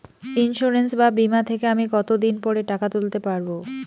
Insurance বা বিমা থেকে আমি কত দিন পরে টাকা তুলতে পারব?